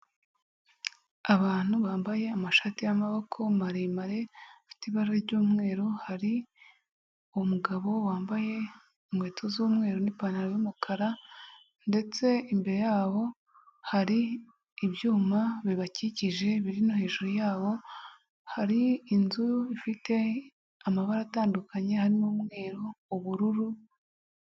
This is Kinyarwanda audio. Abantu bambaye amashati y'amaboko maremare, afite ibara ry'umweru, hari umugabo wambaye inkweto z'umweru n'ipantaro y'umukara, ndetse imbere yabo hari ibyuma bibakikije biri no hejuru yawo, hari inzu ifite amabara atandukanye harimo umweru, ubururu.